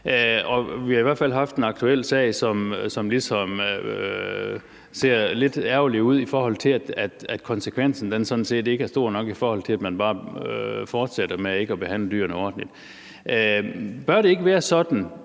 Vi har i hvert fald haft en aktuel sag, som ser lidt ærgerlig ud, i forhold til at konsekvensen sådan set ikke er stor nok, i betragtning af at man bare fortsætter med ikke at behandle dyrene ordentligt. Bør det ikke være sådan,